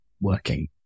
working